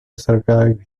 survive